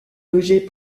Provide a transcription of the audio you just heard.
logeait